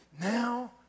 Now